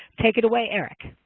take it away, eric.